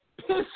Piss